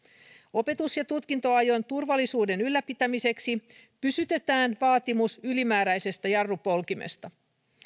opetus ja tutkintoajon turvallisuuden ylläpitämiseksi pysytetään vaatimus ylimääräisestä jarrupolkimesta